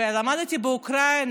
למדתי באוקראינה,